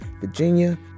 Virginia